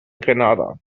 grenada